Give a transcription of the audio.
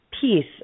peace